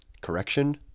correction